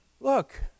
look